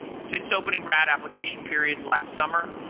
since opening rad application periods last summer,